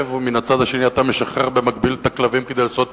ומן הצד השני אתה משחרר במקביל את הכלבים כדי לעשות